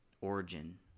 origin